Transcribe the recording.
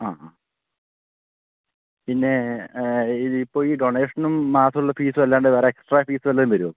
ആ ആ പിന്നെ ഇതിപ്പോൾ ഈ ഡൊണേഷനും മാസമുള്ള ഫീസും അല്ലാണ്ട് വേറെ എക്സ്ട്രാ ഫീസ് വല്ലതും വരുവോ